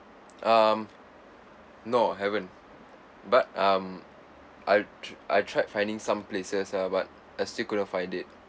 um no haven't but um I tr~ I tried finding some places lah but I still couldn't find it